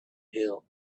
hill